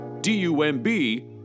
D-U-M-B